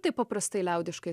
taip paprastai liaudiškai